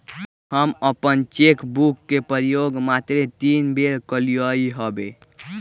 हम अप्पन cheque book के प्रयोग मातरे तीने बेर कलियइ हबे